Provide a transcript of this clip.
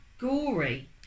gory